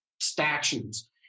statues